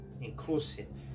inclusive